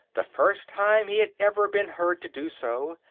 the first time he had ever been heard to do so,